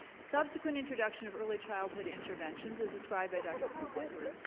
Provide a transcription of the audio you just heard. subsequent introduction of early childhood interventions, as described by dr. smith-whitley,